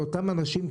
לאותם אנשים,